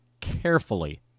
carefully